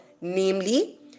namely